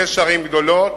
שש ערים גדולות